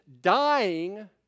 dying